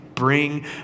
bring